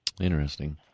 Interesting